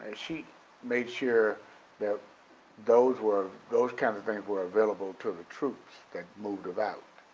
she made sure that those were, those kind of things were available to the troupes that moved about.